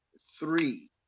three